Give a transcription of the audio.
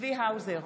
צבי האוזר,